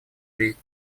жизнь